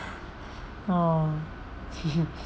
oh